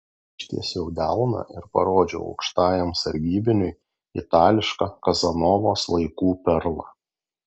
ištiesiau delną ir parodžiau aukštajam sargybiniui itališką kazanovos laikų perlą